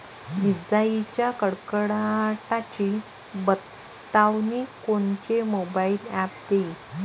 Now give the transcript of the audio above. इजाइच्या कडकडाटाची बतावनी कोनचे मोबाईल ॲप देईन?